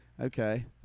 Okay